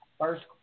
First